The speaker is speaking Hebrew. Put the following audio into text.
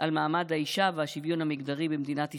על מעמד האישה והשוויון המגדרי במדינת ישראל,